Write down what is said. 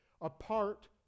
apart